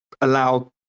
allow